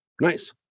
Nice